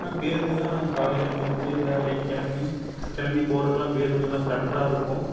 ஆனால் பேருந்து தான் நாங்கள் காலையில எந்திரிச்சு வேலைக்கு கிளம்பி கிளம்பி போறக்குலாம் பேருந்து தான் கரெக்டாக இருக்கும்